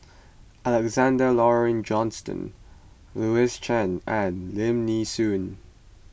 Alexander Laurie Johnston Louis Chen and Lim Nee Soon